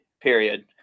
period